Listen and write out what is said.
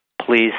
please